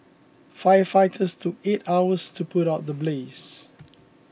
firefighters took eight hours to put out the blaze